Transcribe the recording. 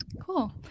Cool